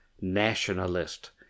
nationalist